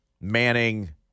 Manning